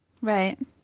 Right